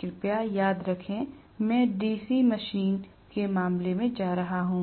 कृपया याद रखें मैं डीसी मशीन के मामले में जा रहा हूं